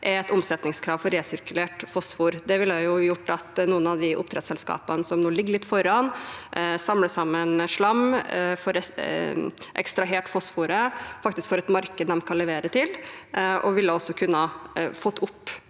er et omsetningskrav for resirkulert fosfor. Det ville gjort at noen av de oppdrettsselskapene som nå ligger litt foran, samler sammen slam for å få ekstrahert fosforet og faktisk får et marked de kan levere til. Det ville også kunne fått opp